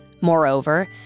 Moreover